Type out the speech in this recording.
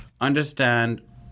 understand